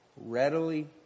readily